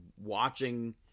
watching